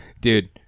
dude